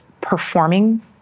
performing